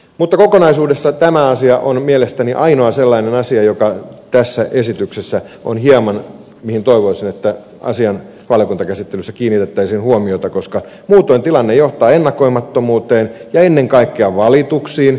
mutta kokonaisuudessaan tämä asia on mielestäni ainoa sellainen asia tässä esityksessä mihin toivoisin että asian valiokuntakäsittelyssä kiinnitettäisiin huomiota koska muutoin tilanne johtaa ennakoimattomuuteen ja ennen kaikkea valituksiin